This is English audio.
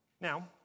Now